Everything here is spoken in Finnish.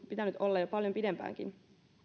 pitänyt olla jo paljon pidempäänkin